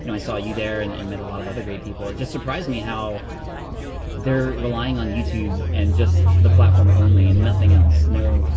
and i saw you there and and met a lot of other great people. it just surprised me how they're relying on youtube and just the platform only, and nothing else. completely.